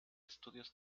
estudios